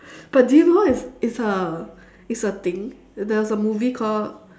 but do you know it's it's a it's a thing there was a movie called